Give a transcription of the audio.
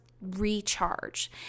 recharge